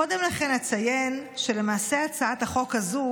קודם לכן אציין שלמעשה הצעת החוק הזו